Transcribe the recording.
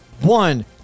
one